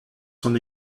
son